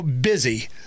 busy